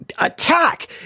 attack